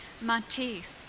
Matisse